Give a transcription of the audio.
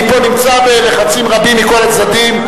אני פה נמצא בלחצים רבים מכל הצדדים.